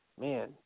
man